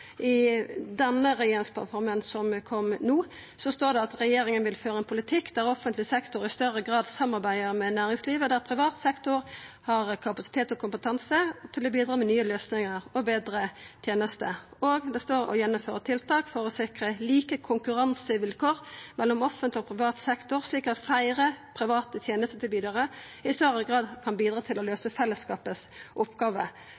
som kom i år, står det: «Regjeringen vil føre en politikk der offentlig sektor i større grad samarbeider med næringslivet der privat sektor har kapasitet og kompetanse til å bidra med nye løsninger og bedre tjenestetilbud.» Vidare står det at regjeringa vil «gjennomføre tiltak for å sikre like konkurransevilkår mellom offentlig og privat sektor, slik at flere private tjenestetilbydere i større grad kan bidra til å